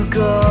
go